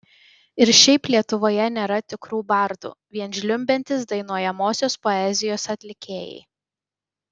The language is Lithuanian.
ir šiaip lietuvoje nėra tikrų bardų vien žliumbiantys dainuojamosios poezijos atlikėjai